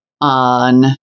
on